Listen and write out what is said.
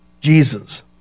Jesus